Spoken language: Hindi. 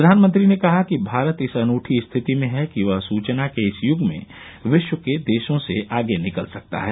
प्रधानमंत्रीने कहा है कि भारत इस अनूठी स्थिति में है कि वह सूचना के इस युग में विश्व के देशों से आगे निकल सकता है